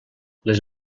les